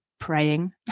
praying